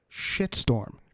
shitstorm